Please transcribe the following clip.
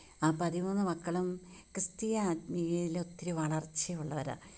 ആ പതിമൂന്ന് മക്കളും ക്രിസ്തീയ ആത്മികതയിൽ ഒത്തിരി വളർച്ചയുള്ളവരാണ്